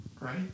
Right